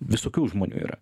visokių žmonių yra